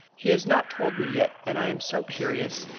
he has not told me yet, and i am so curious.